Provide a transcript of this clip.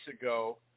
ago